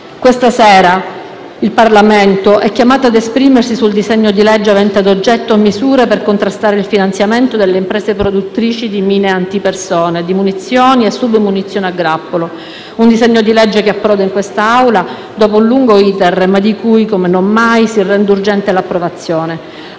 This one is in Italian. Questa sera, il Parlamento è chiamato a esprimersi sul disegno di legge avente ad oggetto misure per contrastare il finanziamento delle imprese produttrici di mine antipersona, di munizioni e submunizioni a grappolo; un disegno di legge che approda in quest'Aula dopo un lungo *iter* ma di cui, come non mai, si rende urgente l'approvazione.